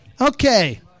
Okay